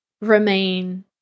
remain